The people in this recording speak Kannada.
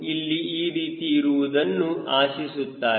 ಇಲ್ಲಿ ಈ ರೀತಿ ಇರುವುದನ್ನು ಆಶಿಸುತ್ತಾರೆ